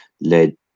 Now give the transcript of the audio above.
led